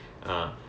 mm